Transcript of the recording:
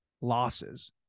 losses